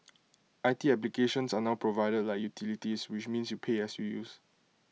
IT applications are now provided like utilities which means you pay as you use